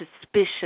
suspicion